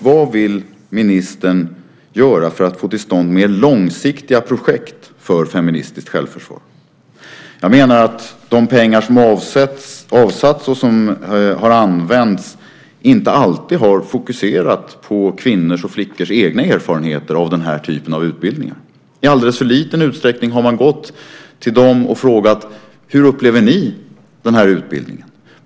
Vad vill ministern göra för att få till stånd mer långsiktiga projekt för feministiskt självförsvar? Jag menar att de pengar som avsatts och som har använts inte alltid har fokuserat på kvinnors och flickors egna erfarenheter av den här typen av utbildning. I alldeles för liten utsträckning har man gått till dem och frågat: Hur upplever ni den här utbildningen?